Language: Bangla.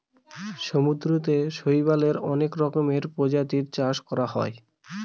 সমুদ্রতে শৈবালের অনেক রকমের প্রজাতির চাষ করা হয়